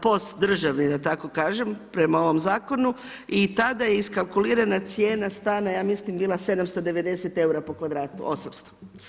POS državni, da tako kažem, prema ovom zakonu i tada je iskalkulirana cijena stana, ja mislim bila 790 eura po kvadratu, 800.